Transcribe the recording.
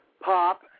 Pop